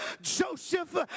Joseph